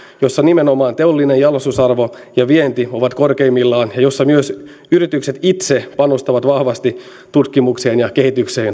joissa nimenomaan teollinen jalostusarvo ja vienti ovat korkeimmillaan ja joissa myös yritykset itse panostavat vahvasti tutkimukseen ja kehitykseen